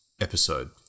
episode